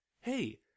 hey